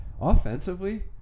Offensively